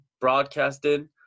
broadcasted